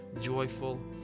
joyful